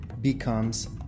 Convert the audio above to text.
becomes